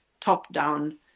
top-down